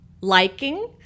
liking